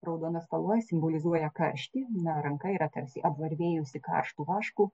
raudona spalva simbolizuoja karštį na ranka yra tarsi apvarvėjusi karštu vašku